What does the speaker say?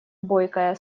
бойкая